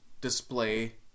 display